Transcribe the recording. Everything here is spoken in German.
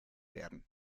werden